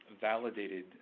validated